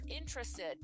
interested